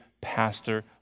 pastor